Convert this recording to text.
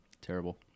Terrible